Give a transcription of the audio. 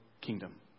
kingdom